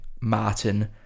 Martin